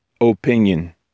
opinion